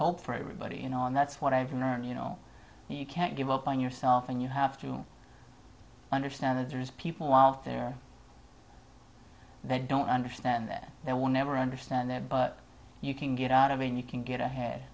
hope for everybody you know and that's what i've learned you know you can't give up on yourself and you have to understand that there is people out there that don't understand that there will never understand there but you can get out of it and you can get ahead